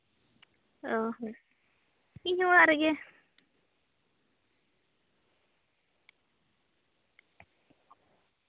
ᱚᱸᱻ ᱦᱳ ᱤᱧ ᱦᱚᱸ ᱚᱲᱟᱜ ᱨᱮᱜᱮ